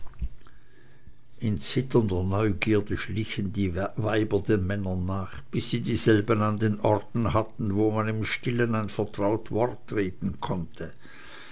in zitternder neugierde schlichen die weiber den männern nach bis sie dieselben an den orten hatten wo man im stillen ein vertraut wort reden konnte